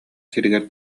сиригэр